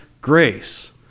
grace